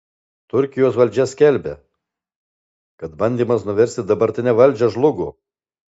turkijos valdžia skelbia kad bandymas nuversti dabartinę valdžią žlugo